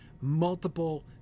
multiple